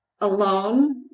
alone